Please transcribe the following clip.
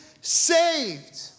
saved